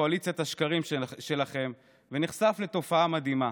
קואליציית השקרים שלכם ונחשף לתופעה מדהימה: